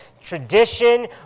tradition